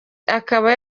akaba